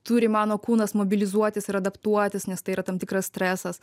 turi mano kūnas mobilizuotis ir adaptuotis nes tai yra tam tikras stresas